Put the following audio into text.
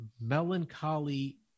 melancholy